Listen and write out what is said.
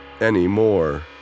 anymore